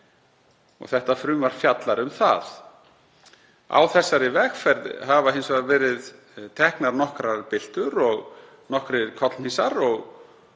lög. Þetta frumvarp fjallar um það. Á þessari vegferð hafa hins vegar verið teknar nokkrar byltur og nokkrir kollhnísar og